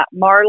Marla